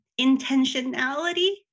intentionality